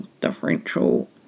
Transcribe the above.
differential